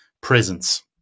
presence